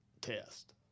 test